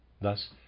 Thus